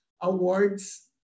awards